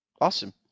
Awesome